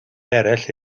eraill